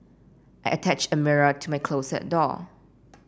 I attached a mirror to my closet door